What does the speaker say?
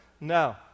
No